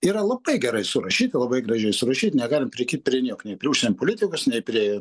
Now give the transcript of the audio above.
yra labai gerai surašyti labai gražiai surašyt negalim prikibt prie nieko nei prie užsienio politikos nei prie